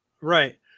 Right